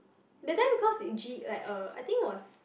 that time cause it G~ uh like I think it was